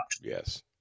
Yes